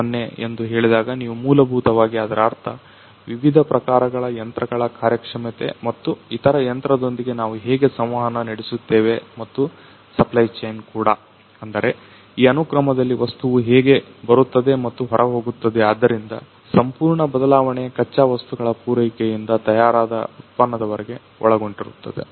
0 ಎಂದು ಹೇಳಿದಾಗ ನೀವು ಮೂಲಭೂತವಾಗಿ ಅದರ ಅರ್ಥ ವಿವಿಧ ಪ್ರಕಾರಗಳ ಯಂತ್ರಗಳ ಕಾರ್ಯಕ್ಷಮತೆ ಮತ್ತು ಇತರ ಯಂತ್ರದೊಂದಿಗೆ ನಾವು ಹೇಗೆ ಸಂವಹನ ನಡೆಸುತ್ತೇವೆ ಮತ್ತು ಸಪ್ಲೈ ಚೈನ್ ಕೂಡ ಅಂದರೆ ಈ ಅನುಕ್ರಮದಲ್ಲಿ ವಸ್ತುವು ಹೇಗೆ ಬರುತ್ತಿದೆ ಮತ್ತು ಹೊರಹೋಗುತ್ತದೆ ಆದ್ದರಿಂದ ಸಂಪೂರ್ಣ ಬದಲಾವಣೆ ಕಚ್ಚಾ ವಸ್ತುಗಳ ಪೂರೈಕೆಯಿಂದ ತಯಾರಾದ ಉತ್ಪನ್ನದವರೆಗೆ ಒಳಗೊಂಡಿರುತ್ತದೆ